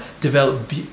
develop